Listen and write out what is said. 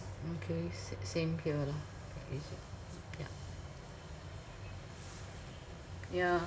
okay sa~ same here lah it is yeah yeah